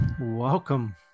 welcome